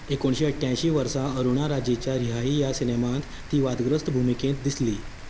एकोणशे अठ्यांशीं वर्सा अरुणा राजेच्या रिहाई ह्या सिनेमांत ती वादग्रस्त भुमिकेंत दिसली